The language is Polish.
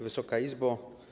Wysoka Izbo!